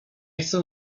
chcę